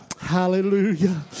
hallelujah